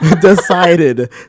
decided